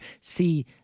see